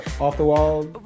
off-the-wall